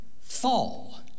fall